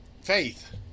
Faith